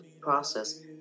process